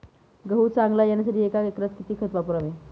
गहू चांगला येण्यासाठी एका एकरात किती खत वापरावे?